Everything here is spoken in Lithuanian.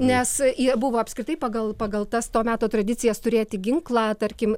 nes jie buvo apskritai pagal pagal tas to meto tradicijas turėti ginklą tarkim